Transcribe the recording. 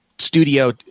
Studio